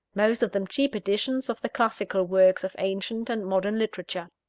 most of them cheap editions of the classical works of ancient and modern literature.